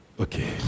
okay